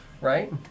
Right